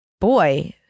boy